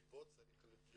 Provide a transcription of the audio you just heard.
מפה צריך להיות